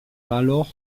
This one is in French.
royaume